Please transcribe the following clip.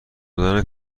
دادن